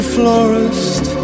florist